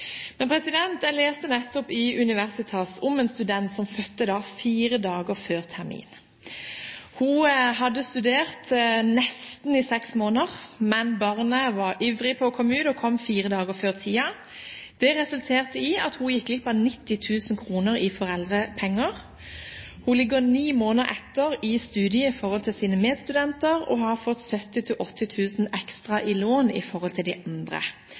men barnet var ivrig etter å komme ut og kom fire dager før tiden. Det resulterte i at hun gikk glipp av 90 000 kr i foreldrepenger. Hun ligger ni måneder etter i studiet i forhold til sine medstudenter og har fått 70 000–80 000 kr ekstra i lån i forhold til de andre.